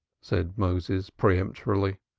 said moses peremptorily.